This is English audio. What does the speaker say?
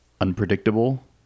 unpredictable